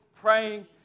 praying